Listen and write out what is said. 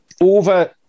Over